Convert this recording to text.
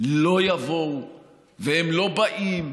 לא יבואו והם לא באים